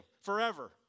forever